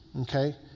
okay